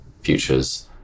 futures